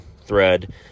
thread